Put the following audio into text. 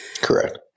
Correct